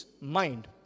mind